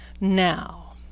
Now